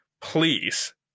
please